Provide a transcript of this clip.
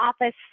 office